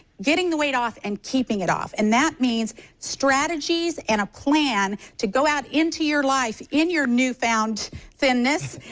getting the weight off and keeping it off and that means strategies and a plan to go out into your life, in your newfound thinness,